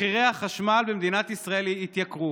מחירי החשמל במדינת ישראל יעלו.